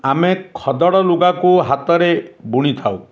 ଆମେ ଖଦଡ଼ ଲୁଗାକୁ ହାତରେ ବୁଣିଥାଉ